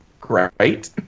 great